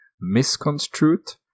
misconstrued